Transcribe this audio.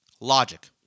Logic